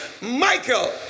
Michael